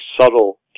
subtle